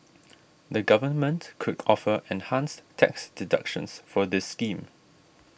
the government could offer enhanced tax deductions for this scheme